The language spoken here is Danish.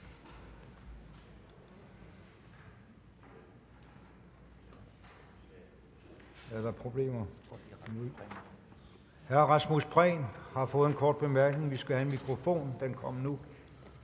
Er der problemer? Hr. Rasmus Prehn har fået en kort bemærkning. Vi skal have en mikrofon, og den kom nu.